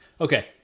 Okay